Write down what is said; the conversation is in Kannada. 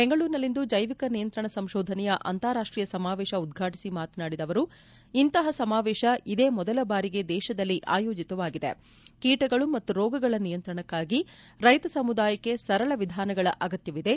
ಬೆಂಗಳೂರಿನಲಿಂದು ಜೈವಿಕ ನಿಯಂತ್ರಣ ಸಂಶೋಧನೆಯ ಅಂತಾರಾಷ್ವೀಯ ಸಮಾವೇಶ ಉದ್ಘಾಟಿಸಿ ಮಾತನಾಡಿದ ಅವರು ಇಂತಪ ಸಮಾವೇಶ ಇದೇ ಮೊದಲ ಬಾರಿಗೆ ದೇಶದಲ್ಲಿ ಆಯೋಜಿತವಾಗಿದೆ ಕೀಟಗಳು ಮತ್ತು ರೋಗಗಳ ನಿಯಂತ್ರಣಕ್ಕಾಗಿ ರೈತ ಸಮುದಾಯಕ್ಕೆ ಸರಳ ವಿಧಾನಗಳ ಅಗತ್ಯವಿದೆ